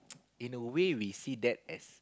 in a way we see that as